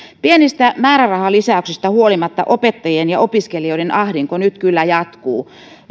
pienistä määrärahalisäyksistä huolimatta opettajien ja opiskelijoiden ahdinko nyt kyllä jatkuu